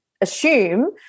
assume